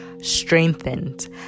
strengthened